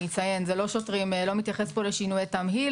אני אציין שזה לא מתייחס פה לשינויי תמהיל,